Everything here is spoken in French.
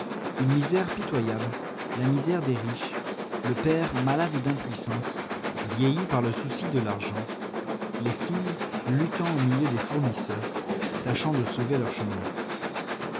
une misère pitoyable la misère des riches le père malade d'impuissance vieilli par le souci de l'argent les filles luttant au milieu des fournisseurs tâchant de sauver leurs chemises